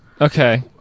Okay